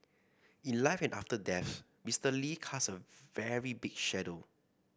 in life and after death Mister Lee casts a very big shadow